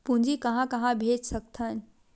पूंजी कहां कहा भेज सकथन?